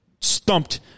stumped